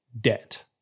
debt